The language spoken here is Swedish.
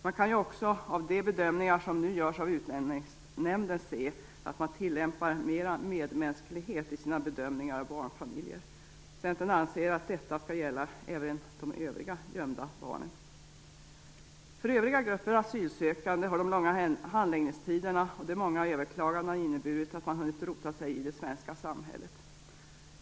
Man kan ju också av de bedömningar som nu görs av Utlänningsnämnden se att man tillämpar mera medmänsklighet i sina bedömningar av barnfamiljer. Centern anser att detta skall gälla de övriga gömda barnen. För övriga grupper av asylsökande har de långa handläggningstiderna och de många överklagandena inneburit att man har hunnit rota sig i det svenska samhället.